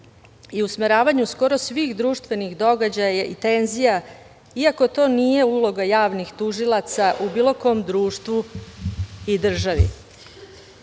i usmeravanju skoro svih društvenih događaja i tenzija, iako to nije uloga javnih tužilaca u bilo kom društvu i državi.S